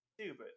stupid